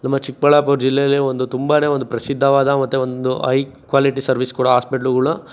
ನಮ್ಮ ಚಿಕ್ಕಬಳ್ಳಾಪುರ ಜಿಲ್ಲೆಲೇ ಒಂದು ತುಂಬನೇ ಒಂದು ಪ್ರಸಿದ್ಧವಾದ ಮತ್ತು ಒಂದು ಐ ಕ್ವಾಲಿಟಿ ಸರ್ವಿಸ್ ಕೊಡೊ ಆಸ್ಪಿಟ್ಲ್ಗಳು